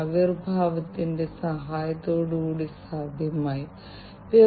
അതിനാൽ നമ്മൾ ഒരു IIoT നെക്കുറിച്ച് സംസാരിക്കുമ്പോൾ